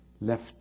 left